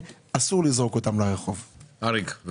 9,000,